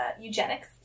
eugenics